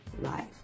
life